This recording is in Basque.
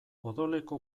odoleko